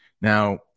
Now